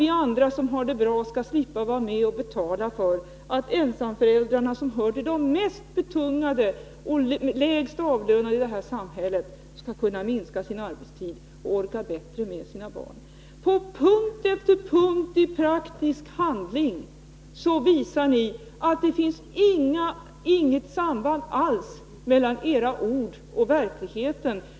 Vi andra som har det bra skall slippa vara med och betala för att ensamföräldrarna, som hör till de mest betungade och lägst avlönade i det här samhället, skall kunna minska sin arbetstid och bättre orka med sina barn. På punkt efter punkt visar ni i praktisk handling att det inte finns något samband alls mellan era ord och verkligheten.